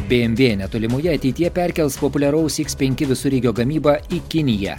bmw netolimoje ateityje perkels populiaraus x penki visureigio gamybą į kiniją